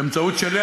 באמצעות שליח,